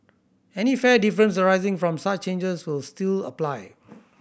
any fare difference arising from such changes will still apply